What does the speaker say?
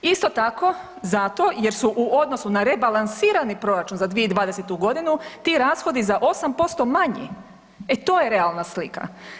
Isto tako, zato jer su u odnosu na rebalansirani proračun za 2020. godinu ti rashodi za 8% manji, e to je realna slika.